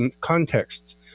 contexts